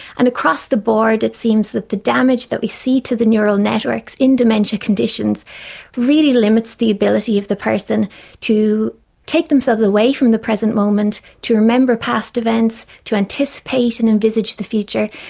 and across-the-board it seems that the damage that we see to the neural networks in dementia conditions really limits the ability of the person to take themselves away from the present moment, to remember past events, to anticipate and envisage the future,